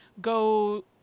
go